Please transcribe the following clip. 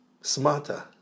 smarter